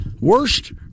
worst